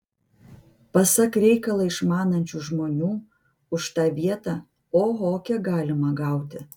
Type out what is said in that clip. pasak reikalą išmanančių žmonių už tą vietą oho kiek galima gauti